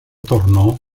tornò